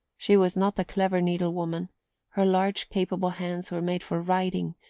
she was not a clever needle-woman her large capable hands were made for riding,